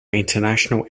international